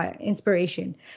inspiration